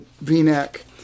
V-neck